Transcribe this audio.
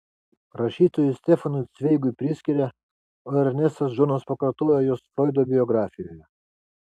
rašytojui stefanui cveigui priskiria o ernestas džonas pakartojo juos froido biografijoje